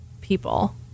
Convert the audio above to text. people